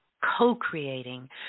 co-creating